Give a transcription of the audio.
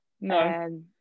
No